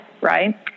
right